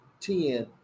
ten